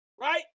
right